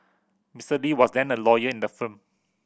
Mister Lee was then a lawyer in the firm